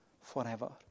forever